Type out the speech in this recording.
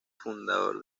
fundador